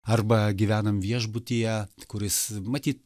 arba gyvenam viešbutyje kuris matyt